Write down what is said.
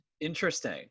Interesting